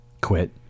Quit